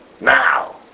now